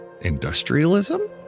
industrialism